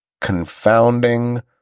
confounding